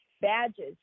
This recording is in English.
Badges